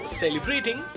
celebrating